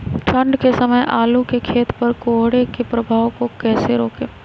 ठंढ के समय आलू के खेत पर कोहरे के प्रभाव को कैसे रोके?